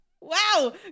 Wow